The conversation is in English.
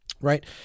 right